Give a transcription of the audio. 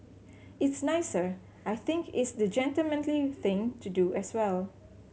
it's nicer I think it's the gentlemanly thing to do as well